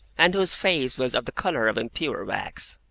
and whose face was of the colour of impure wax.